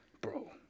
Bro